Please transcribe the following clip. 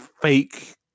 fake